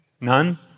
none